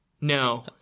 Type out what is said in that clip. No